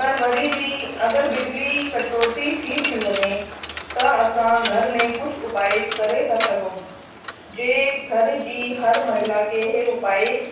पर वरी बि अगरि बिजली कटौती थी थी वञे त असां घर में कुझु उपाय करे था सघूं जे घर जी हर महिला खे इहे उपाय